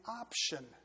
option